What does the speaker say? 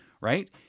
right